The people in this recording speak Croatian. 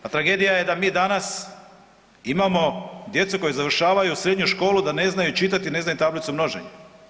Pa tragedija je da mi danas imamo djecu koja završavaju srednju školu, da ne znaju čitati i ne znaju tablicu množenja.